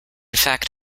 fact